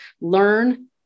learn